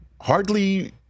hardly